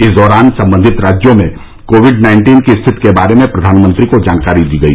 इस दौरान संबंधित राज्यों में कोविड नाइन्टीन की स्थिति के बारे में प्रधानमंत्री को जानकारी दी गई